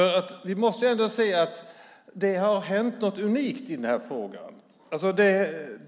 Vi måste ändå säga att det har hänt något unikt i den här frågan.